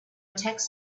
tax